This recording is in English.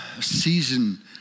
season